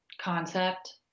concept